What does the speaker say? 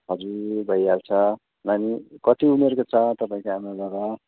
हजुर भइहाल्छ नानी कति उमेरको छ तपाईँको आमा बाबा